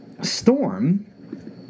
Storm